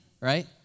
right